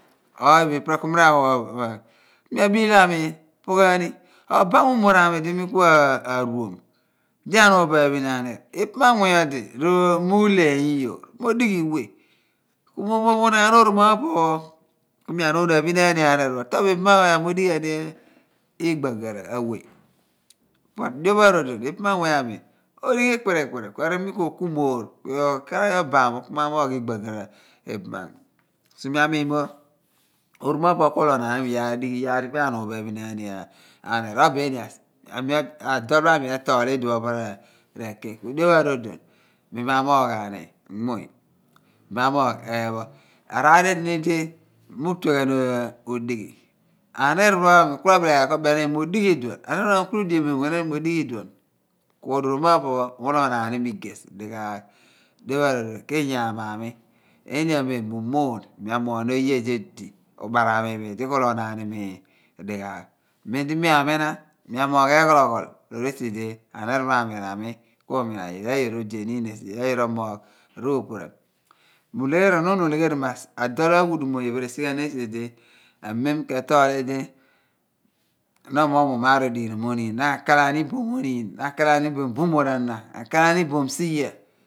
Ooghaap i pe ku mira wu bo buan miagbiila amiin pooghaani obam umor a mi di mi kuaar ruum di a nuun bo aphin aniir pooghaani ibaam anmuuny odi muuleey iyoor, modighi yoogh we mughumo mi unuun anaghan ani oromapho opo pho kuaanuun a phinaani aniirt tomobo ibaam anmuuny ami obo mo dighi yooghaani igbaagara awe kuolo dio pho a rodon ibaam anmuuny ami odi ghi ikpirikpiri, kueri mi kuokumoor kuo karaghi obaamo ku maamuugh igbagara igbaamanmuuny kuidighi ku mi a miin mo oroma pho opo pho kuuloghonaan bo imi dighaagh dimia nuun bo aphin naani aniir obo eeni adolpho ami obo etooli i duon ben reghki kudio pho arodon mi maa muughaani imuuny mi maa muughaapho a r'aar edini di mi utueghan udighi ad aniir pho a mi kuabileghan ru benighan limi mo odighi idivon aniir pho ami kuabileghan r'udiemiom ghan imi mo odighi iduon pooghaan ni oromapho opoh pho muuloghonaan i mi igey dighaagh dio pho a rodoon kiinyaam a mi oye di ku lo gho naam i mi eniameem miumoon miamoogh ni oye di ku lo gho naan i mi dighaagh mem di mi amina mi amoogh eghologho loor esi di aniir pho a mi rami kuumina, iyaal a yoor odi eniin esi yoor omoogh rupuruan miunuun ulegheri mo adool a ghuuduum oye pho resighaani esi di ma o moogh muun iyaar onighi nom oniin na kakechani boom oniin ana na akechan iboom bumoorana bile ra siya a na.